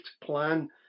plan